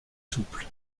souple